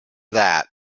that